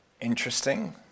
interesting